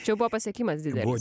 čia buvo pasiekimas didelis